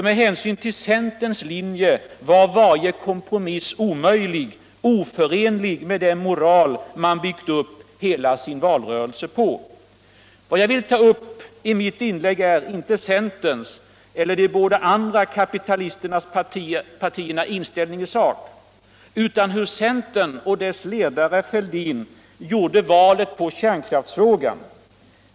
Med hänsyn till centerns linje var varje kompromiss omöjlig, oförenlig med den moral man byggt hela sin valrörelse på. Jag vill i mittl inlägg ta upp, inte centerns eller de båda andra kapitalistiska partiernas inställning i såk, utan hur centern och dess ledare Fälldin gjorde valet på kärnkraftsfrågan.